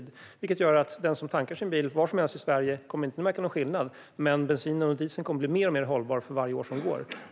Den som tankar sin bil, var som helst i Sverige, kommer inte att märka någon skillnad, men bensinen och dieseln kommer att bli mer och mer hållbar för varje år som går.